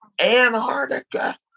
Antarctica